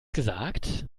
gesagt